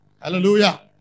Hallelujah